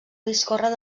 discórrer